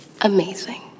amazing